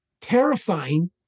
terrifying